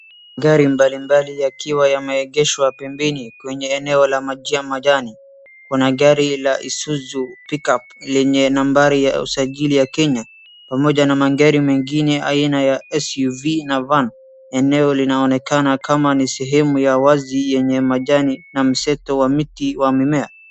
Gari mbalimbali yakiwa yameegeshwa pembeni, kwenye eneo la maji au majani, kuna gari la Isuzu {cs] pick-up lenye nambari ya usajili ya Kenya, pamoja na magari mengine aina ya SUV, na van , eneo linaonekana kama ni sehemu ya wazi yenye majani na mseto wa miti wa mimea.